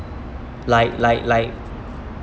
like like like